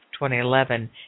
2011